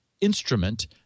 instrument